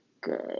good